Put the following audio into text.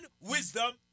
wisdom